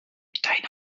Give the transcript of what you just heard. deine